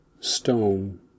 stone